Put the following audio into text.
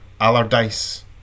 Allardyce